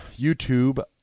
youtube